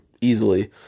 easily